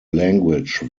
language